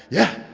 yeah,